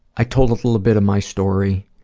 i told a little bit of my story